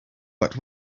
but